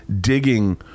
digging